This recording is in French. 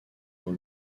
dans